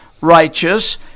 righteous